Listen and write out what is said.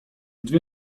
dwie